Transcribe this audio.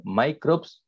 microbes